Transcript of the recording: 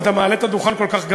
אבל אתה מעלה את הדוכן כל כך גבוה.